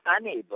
unable